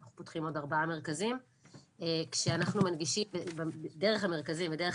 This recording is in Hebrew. אנחנו פותחים עוד ארבעה מרכזים כשאנחנו מנגישים בעצם דרך המרכזים ודרך